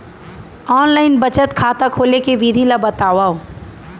Online बचत खाता खोले के विधि ला बतावव?